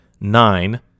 nine